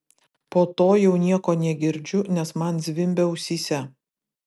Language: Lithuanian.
po to jau nieko negirdžiu nes man zvimbia ausyse